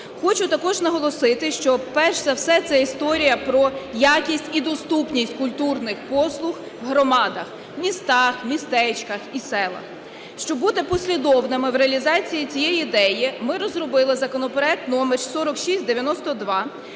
Хочу також наголосити, що перш за все це історія про якість і доступність культурних послуг у громадах, містах, містечках і селах. Щоб бути послідовними в реалізації цієї ідеї, ми розробили законопроект номер 4692,